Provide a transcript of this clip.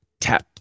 tap